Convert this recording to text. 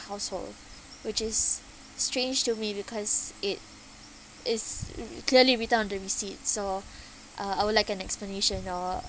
household which is strange to me because it is w~ clearly written on the receipt so uh I would like an explanation or